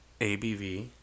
ABV